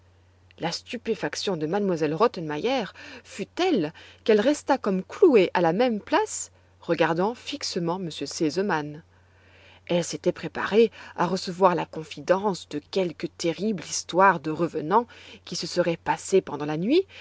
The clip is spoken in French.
la stupéfaction de m elle rottenmeier fut telle qu'elle resta comme clouée à la même place regardant fixement m r sesemann elle s'était préparée à recevoir la confidence de quelque terrible histoire de revenants qui se serait passée pendant la nuit